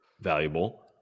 valuable